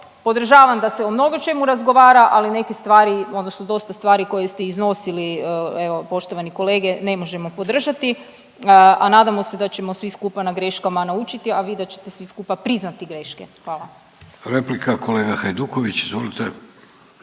podržavam da se o mnogočemu razgovara ali neke stvari odnosno dosta stvari koje ste iznosili evo, poštovani kolege ne možemo podržati, a nadamo se da ćemo svi skupa na greškama naučiti, a vi da ćete svi skupa priznati greške. Hvala. **Vidović, Davorko